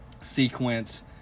sequence